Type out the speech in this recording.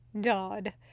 Dodd